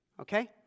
okay